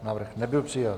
Návrh nebyl přijat.